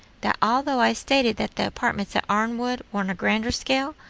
that although i stated that the apartments at arnwood were on a grander scale,